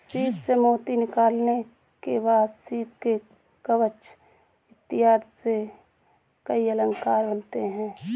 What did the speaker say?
सीप से मोती निकालने के बाद सीप के कवच इत्यादि से कई अलंकार बनते हैं